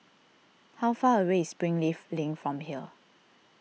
how far away is Springleaf Link from here